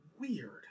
weird